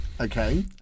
okay